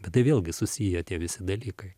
bet tai vėlgi susiję tie visi dalykai